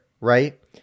right